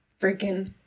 freaking